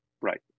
Right